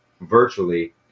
virtually